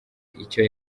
icyo